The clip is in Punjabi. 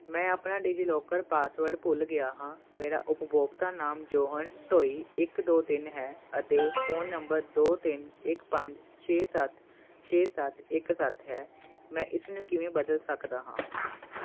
ਮੈਂ ਆਪਣਾ ਡਿਜੀਲੋਕਰ ਪਾਸਵਰਡ ਭੁੱਲ ਗਿਆ ਹਾਂ ਮੇਰਾ ਉਪਭੋਗਤਾ ਨਾਮ ਜੌਹਨ ਡੋਈ ਇੱਕ ਦੋ ਤਿੰਨ ਹੈ ਅਤੇ ਫੋਨ ਨੰਬਰ ਦੋ ਤਿੰਨ ਇੱਕ ਪੰਜ ਛੇ ਸੱਤ ਛੇ ਸੱਤ ਇੱਕ ਸੱਤ ਹੈ ਮੈਂ ਇਸ ਨੂੰ ਕਿਵੇਂ ਬਦਲ ਸਕਦਾ ਹਾਂ